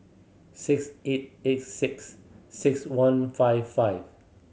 six eight eight six six one five five